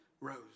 rose